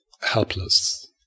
helpless